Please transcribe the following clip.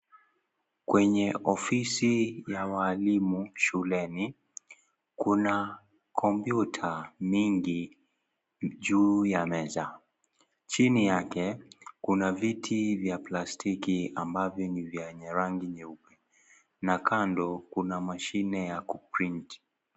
Kwenye ofisi ya walimu shuleni kuna kompyuta mingi juu ya meza, chini yake kuna viti vya plastiki ambavyo ni vya rangi nyeupe na kando kuna mashine ya ku print .